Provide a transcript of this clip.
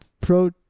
pro